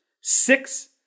six